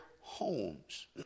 homes